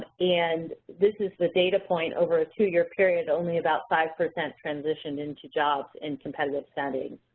and this is the data point over a two-year period only about five percent transitioned into jobs in competitive setting.